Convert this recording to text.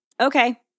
okay